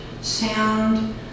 sound